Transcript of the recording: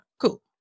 Cool